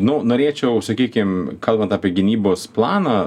nu norėčiau sakykim kalbant apie gynybos planą